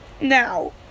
Now